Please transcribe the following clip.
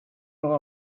aura